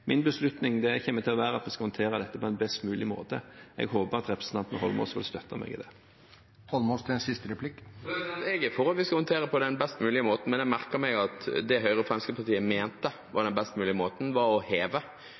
Min beslutning kommer til å være at vi skal håndtere dette på en best mulig måte. Jeg håper at representanten Eidsvoll Holmås vil støtte meg i det. Jeg er for at vi skal håndtere det på den best mulige måten, men jeg merker meg at det Høyre og Fremskrittspartiet mente var den best mulige måten, var å heve,